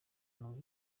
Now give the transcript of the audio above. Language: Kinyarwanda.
numva